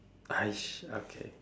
!hais! okay